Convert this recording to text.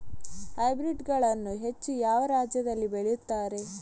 Hybrid ಗಳನ್ನು ಹೆಚ್ಚು ಯಾವ ರಾಜ್ಯದಲ್ಲಿ ಬೆಳೆಯುತ್ತಾರೆ?